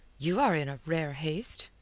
you are in a rare haste,